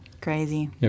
Crazy